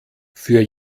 für